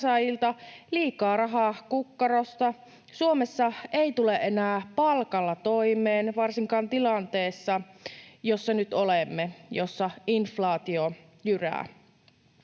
liikaa rahaa kukkarosta. Suomessa ei tule enää palkalla toimeen, varsinkaan tilanteessa, jossa nyt olemme, jossa inflaatio jyrää.